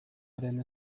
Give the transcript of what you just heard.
haren